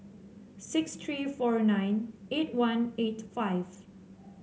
six three four nine eight one eight five